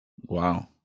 Wow